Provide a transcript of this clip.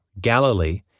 Galilee